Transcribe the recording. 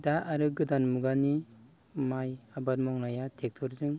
दा आरो गोदान मुगानि माइ आबाद मावनाया ट्रेक्ट'रजों